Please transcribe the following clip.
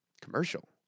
commercial